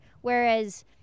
whereas